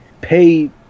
pay